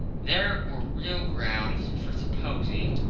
there were real grounds for supposing,